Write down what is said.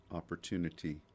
opportunity